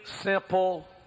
simple